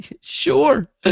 Sure